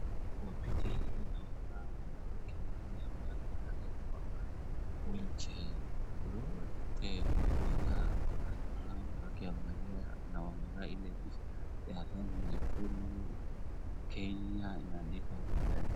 Kwa picha hii naona wanawake wengi ambao wamekaa kwa wheelchair wote wamekaa round wakiangaliana na wamevaa ile shati ya rangi nyekundu Kenya imeandikwa huko mbele.